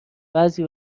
بعضی